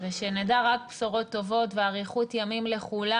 ושנדע רק בשורות טובות ואריכות ימים לכולם.